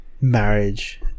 marriage